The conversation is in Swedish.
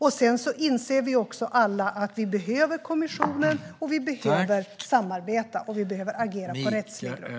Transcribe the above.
Vi inser också alla att vi behöver kommissionen, vi behöver samarbeta och vi behöver agera på rättslig grund.